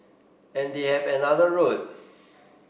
and they have another road